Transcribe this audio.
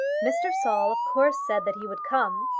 mr. saul of course said that he would come.